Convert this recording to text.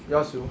ya [siol]